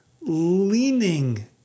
leaning